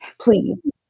Please